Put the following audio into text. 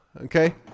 Okay